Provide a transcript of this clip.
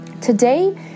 Today